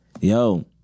Yo